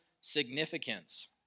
significance